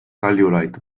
kaljulaid